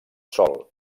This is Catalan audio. sòl